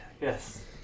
Yes